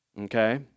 Okay